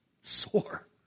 sore